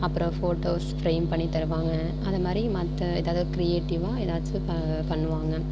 அப்புறம் photos frame பண்ணி தருவாங்க அது மாதிரி மற்ற எதாவது கிரியேட்டிவ்வா ஏதாச்சும் ப பண்ணுவாங்கள்